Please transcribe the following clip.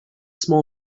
small